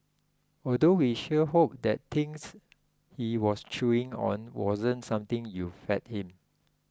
although we sure hope that thing he was chewing on wasn't something you fed him